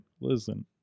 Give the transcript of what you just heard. listen